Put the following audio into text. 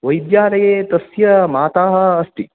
वैद्यालये तस्य माता अस्ति